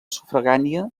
sufragània